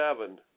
seven